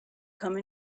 come